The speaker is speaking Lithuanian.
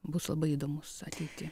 bus labai įdomus ateity